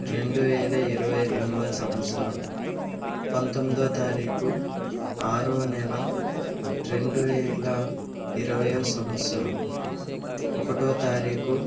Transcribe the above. రెండువేల ఇరవై రెండవ సంవత్సరం పంతొమ్మిదో తారీఖు ఆరోనెల రెండువేల ఇరవైయో సంవత్సరం ఒకటో తారీఖు